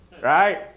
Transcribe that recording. right